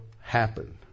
happen